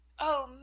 Oh